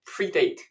predate